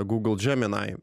gūgl džeminai